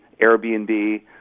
Airbnb